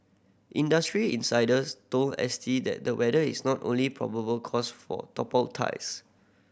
industry insiders told S T that the weather is not only probable cause for top tiles